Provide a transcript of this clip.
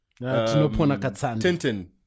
Tintin